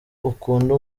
ukunda